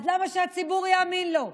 אז למה שהציבור יאמין לו?